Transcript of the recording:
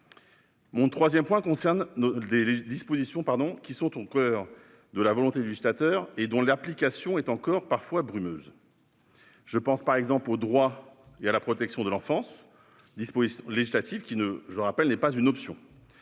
ailleurs, je m'interroge sur des dispositions qui sont au coeur de la volonté du législateur et dont l'application est encore parfois « brumeuse ». Je pense par exemple aux droits et à la protection de l'enfance, disposition législative, qui, je le rappelle, n'est pas une option.